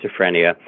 schizophrenia